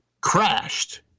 crashed